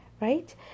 right